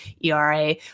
era